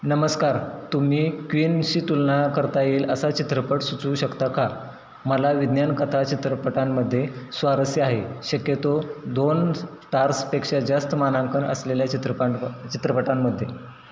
नमस्कार तुम्ही क्विनशी तुलना करता येईल असा चित्रपट सुचवू शकता का मला विज्ञान कथा चित्रपटांमध्ये स्वारस्य आहे शक्यतो दोन स्टार्सपेक्षा जास्त मानांकन असलेल्या चित्रपट चित्रपटांमध्ये